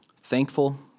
thankful